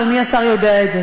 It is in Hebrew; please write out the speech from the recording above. אדוני השר יודע את זה.